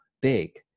big